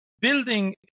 building